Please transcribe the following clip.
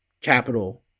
capital